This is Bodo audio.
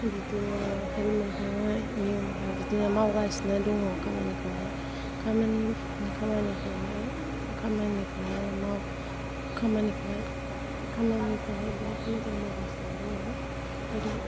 बिदिनो हेल्प मोनखांनायनि उनावहाय बिदिनो मावगासिनो दङ खामानिखौहाय खामानि खामानि खौहाय बिराथ मोजां मावगासिनो दङ आरो